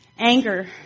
Anger